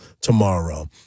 tomorrow